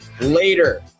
later